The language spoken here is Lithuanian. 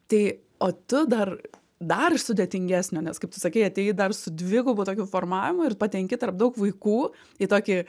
tai o tu dar dar sudėtingesnio nes kaip tu sakei atėjai dar su dvigubu tokiu formavimu ir patenki tarp daug vaikų į tokį